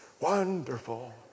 wonderful